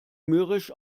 mürrisch